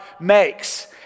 makes